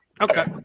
Okay